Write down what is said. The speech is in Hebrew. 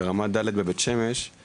ברמה ד' בבית שמש.